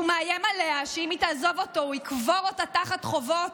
כשהוא מאיים עליה שאם היא תעזוב אותו הוא יקבור אתה תחת חובות,